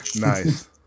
Nice